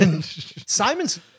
Simon's